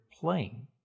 playing